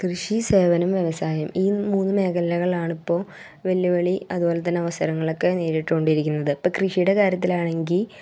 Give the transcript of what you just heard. കൃഷി സേവനം വ്യവസായം ഈ മൂന്ന് മേഖലകളിലാണ് ഇപ്പോൾ വെല്ലുവിളി അതുപോലെ തന്നെ അവസരങ്ങളക്കെ നേരിട്ട് കൊണ്ടിരിക്കുന്നത് ഇപ്പം കൃഷിയുടെ കാര്യത്തിലാണെങ്കിൽ